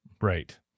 right